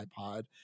iPod